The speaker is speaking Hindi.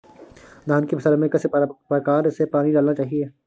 धान की फसल में किस प्रकार से पानी डालना चाहिए?